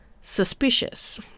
Suspicious